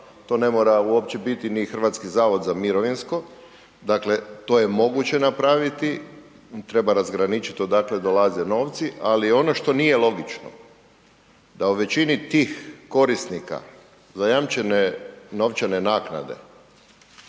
to ne mora uopće biti ni HZMO, dakle to je moguće napraviti, tu treba razgraničit odakle dolaze novci. Ali ono što nije logično da u većini tih korisnika zajamčene novčane naknade,